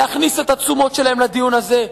להכניס את התשומות שלהם לדיון הזה,